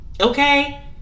Okay